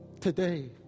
today